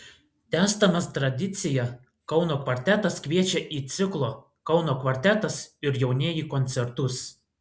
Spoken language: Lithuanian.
tęsdamas tradiciją kauno kvartetas kviečia į ciklo kauno kvartetas ir jaunieji koncertus